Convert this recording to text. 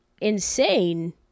insane